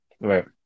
Right